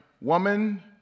woman